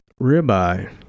ribeye